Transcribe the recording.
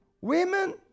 Women